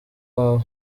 wawe